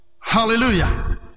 Hallelujah